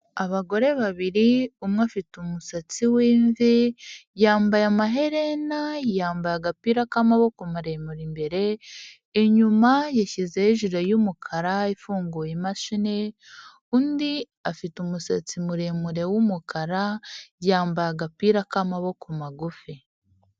Abagore babiri umwe afite umusatsi w' imvi yambaye amaherena yambaye agapira k'amaboko maremare imbere inyuma yashyize jire y'umukara ifunguye imashini undi afite umusatsi muremure w'umukara yambaye agapira k'amaboko magufi.